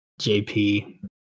JP